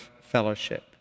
fellowship